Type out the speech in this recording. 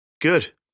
good